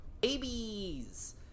Babies